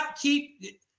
keep